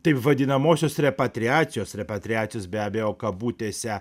taip vadinamosios repatriacijos repatriacijos be abejo kabutėse